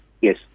Yes